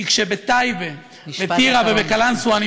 כי כשבטייבה, בטירה ובקלנסווה, משפט אחרון.